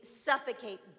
suffocate